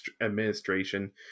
administration